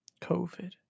COVID